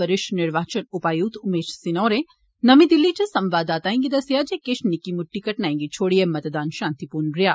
वरिष्ठ निर्वाचण उपाय्क्त उमेश सिन्हा होरें नमीं दिल्ली च संवाददाताएं गी दस्सेया जे किश निक्की म्ट्टी घटनाएं गी छोड़ियै मतदान शांतिपूर्ण रेया